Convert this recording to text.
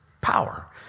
power